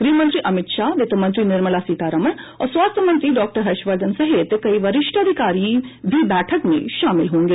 ग्रहमंत्री अमित शाह वित्तमंत्री निर्मला सीतारामन और स्वास्थ्य मंत्री डॉक्टर हर्षवर्धन सहित कई वरिष्ठ अधिकारी भी बैठक में शामिल होंगे